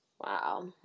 Wow